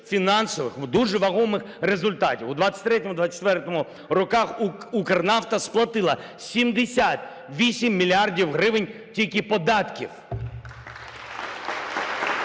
фінансових дуже вагомих результатів: у 2023-2024 роках Укрнафта сплатила 78 мільярдів гривень тільки податків.